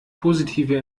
positive